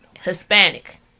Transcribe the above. Hispanic